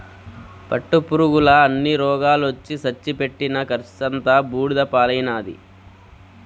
పట్టుపురుగుల అన్ని రోగాలొచ్చి సచ్చి పెట్టిన కర్సంతా బూడిద పాలైనాది